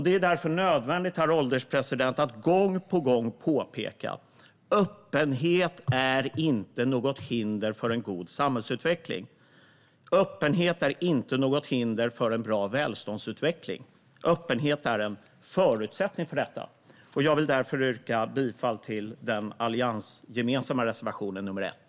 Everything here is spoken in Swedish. Det är därför nödvändigt, herr ålderspresident, att gång på gång påpeka: Öppenhet är inte något hinder för en god samhällsutveckling. Öppenhet är inte något hinder för en bra välståndsutveckling. Öppenhet är en förutsättning för detta. Jag vill yrka bifall till den alliansgemensamma reservationen nr 1.